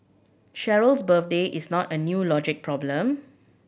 Cheryl's birthday is not a new logic problem